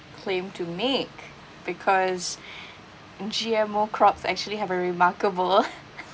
claim to make because G_M_O crops actually have a remarkable